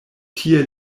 tie